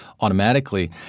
automatically